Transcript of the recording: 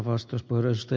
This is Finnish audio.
arvoisa puhemies